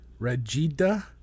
Regida